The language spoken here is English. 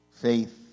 faith